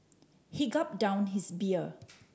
he gulped down his beer